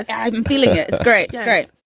i'm feeling great. great